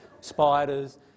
Spiders